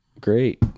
great